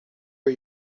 are